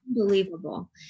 unbelievable